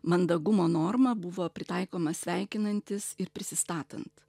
mandagumo norma buvo pritaikoma sveikinantis ir prisistatant